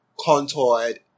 contoured